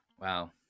Wow